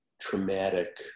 traumatic